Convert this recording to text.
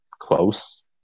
close